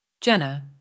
Jenna